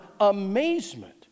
amazement